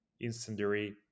incendiary